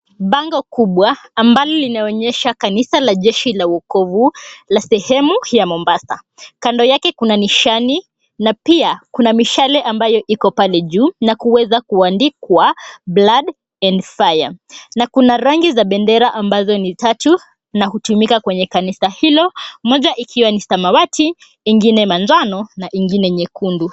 Bango kubwa ambalo linaonyesha kanisa la jeshi la wokovu la sehemu ya Mombasa. Kando yake kuna nishani, na pia kuna mishale ambayo iko pale juu na kuweza kuandikwa Blood and Fire . Na kuna rangi za bendera ambazo ni tatu na hutumika kwenye kanisa hilo: moja ikiwa ni samawati, ingine manjano, na ingine nyekundu.